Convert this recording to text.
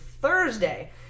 Thursday